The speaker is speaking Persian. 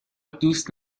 دوست